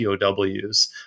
POWs